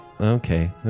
okay